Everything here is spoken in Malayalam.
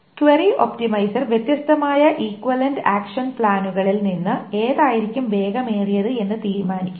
ക്വയറി ഒപ്റ്റിമൈസർ വ്യത്യസ്തമായ ഈക്വിവാലെന്റ ആക്ഷൻ പ്ലാനുകളിൽ നിന്ന് ഏതായിരിക്കും വേഗമേറിയത് എന്ന് തീരുമാനിക്കും